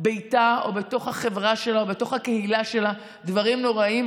ביתה או בתוך החברה שלה או בתוך הקהילה שלה דברים נוראיים,